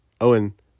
owen